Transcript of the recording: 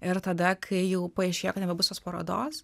ir tada kai jau paaiškėjo kad nebebus tos parodos